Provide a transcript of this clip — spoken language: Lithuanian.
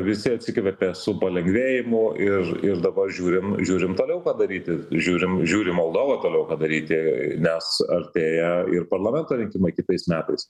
visi atsikvėpė su palengvėjimu ir ir dabar žiūrim žiūrim toliau ką daryti žiūrim žiūri moldova toliau ką daryti nes artėja ir parlamento rinkimai kitais metais